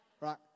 right